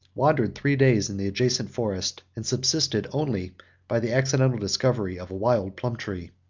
wandered three days in the adjacent forest, and subsisted only by the accidental discovery of a wild plum-tree.